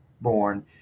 born